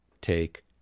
take